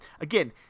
Again